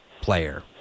player